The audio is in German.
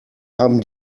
haben